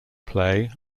play